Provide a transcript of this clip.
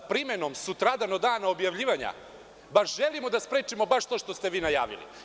Sa primenom sutradan od dana objavljivanja, baš želimo da sprečimo baš to što ste vi najavili.